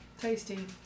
tasty